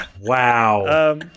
Wow